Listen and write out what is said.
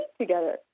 together